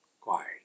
Quiet